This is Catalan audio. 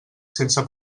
sense